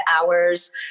hours